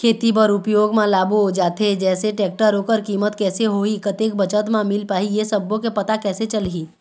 खेती बर उपयोग मा लाबो जाथे जैसे टेक्टर ओकर कीमत कैसे होही कतेक बचत मा मिल पाही ये सब्बो के पता कैसे चलही?